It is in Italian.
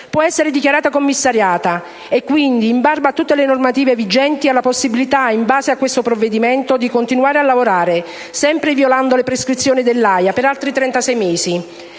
può essere dichiarata commissariata. Quindi, in barba a tutte le normative vigenti, ha la possibilità, in base a questo provvedimento, di continuare a lavorare, sempre violando le prescrizioni dell'AIA, per altri 36 mesi.